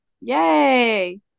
yay